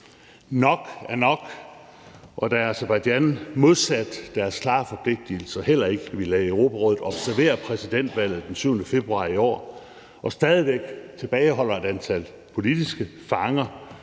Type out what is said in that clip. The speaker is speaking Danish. Nok er nok. Og da Aserbajdsjan modsat deres klare forpligtelser heller ikke ville lade Europarådet observere præsidentvalget den 7. februar i år og stadig væk tilbageholder et antal politiske fanger,